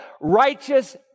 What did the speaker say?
righteous